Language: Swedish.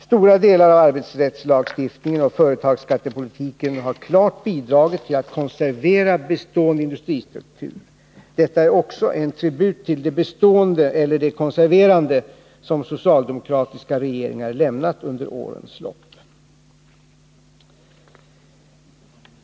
Stora delar av arbetsrättslagstiftningen och företagsskattepolitiken har klart bidragit till att konservera bestående industristruktur. Detta är också en tribut till det bestående — eller det konserverande — som socialdemokratiska regeringar har lämnat under årens lopp.